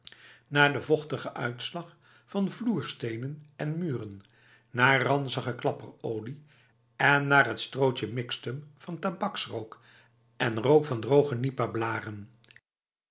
naar de vochtige uitslag van vloerstenen en muren naar ranzige klapperolie en naar het strootjesmixtum van tabaksrook en rook van droge